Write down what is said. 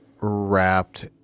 wrapped